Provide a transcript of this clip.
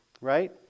right